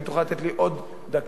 ואם תוכל לתת לי עוד דקה,